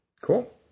Cool